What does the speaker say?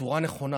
בצורה נכונה.